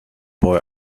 boy